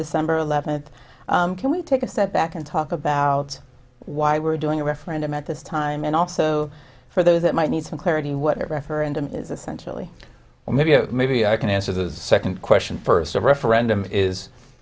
december eleventh can we take a step back and talk about why we're doing a referendum at this time and also for those that might need some clarity what referendum is essentially and maybe maybe i can answer the second question first a referendum is